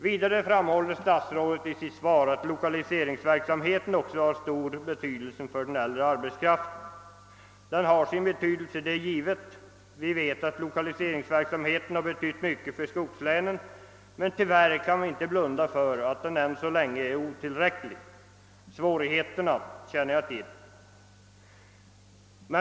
Vidare framhåller statsrådet i sitt svar, att lokaliseringsverksamheten också har stor betydelse för den äldre arhetskraften. Den har sin betydelse, det är givet. Vi vet att lokaliseringsverksamheten har betytt mycket för skogslänen, men tyvärr kan vi inte blunda för att den än så länge är otillräcklig. Svårigheterna känner jag till.